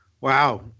Wow